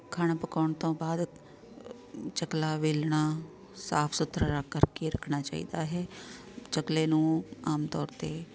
ਖਾਣਾ ਪਕਾਉਣ ਤੋਂ ਬਾਅਦ ਚਕਲਾ ਵੇਲਣਾ ਸਾਫ ਸੁਥਰਾ ਰੱਖ ਕਰਕੇ ਰੱਖਣਾ ਚਾਹੀਦਾ ਹੈ ਚਕਲੇ ਨੂੰ ਆਮ ਤੌਰ 'ਤੇ